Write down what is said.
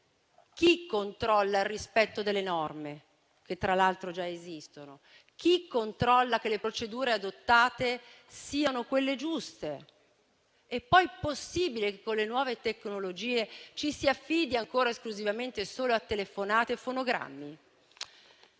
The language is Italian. Chi controlla il rispetto delle norme che, tra l'altro, già esistono? Chi controlla che le procedure adottate siano quelle giuste? È poi possibile che con le nuove tecnologie ci si affidi ancora esclusivamente a telefonate e fonogrammi?